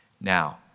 Now